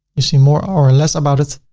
you see more or less about it.